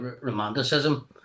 romanticism